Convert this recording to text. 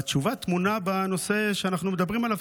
והתשובה טמונה בנושא שאנחנו מדברים עליו,